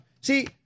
See